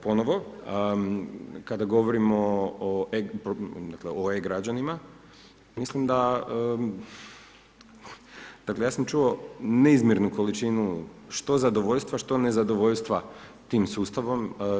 Ponovo, kada govorimo o e-građanima mislim da, dakle ja sam čuo neizmjernu količinu što zadovoljstva što nezadovoljstva tim sustavom.